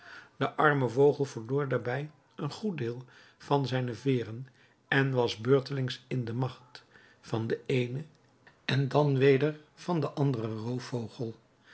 de arme vogel verloor daarbij een goed deel van zijne veêren en was beurtelings in de macht van den eenen en dan weder van den anderen roofvogel